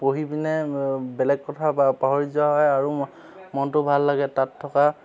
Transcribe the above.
পঢ়ি পিনে বেলেগ কথা পাহৰি যোৱা হয় আৰু মনটো ভাল লাগে তাত থকা